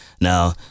Now